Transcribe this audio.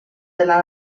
della